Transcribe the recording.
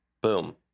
Boom